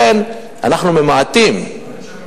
לכן אנחנו ממעטים,